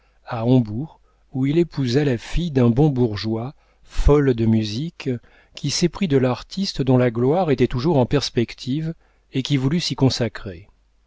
à hambourg où il épousa la fille d'un bon bourgeois folle de musique qui s'éprit de l'artiste dont la gloire était toujours en perspective et qui voulut s'y consacrer